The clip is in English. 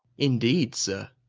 indeed, sir.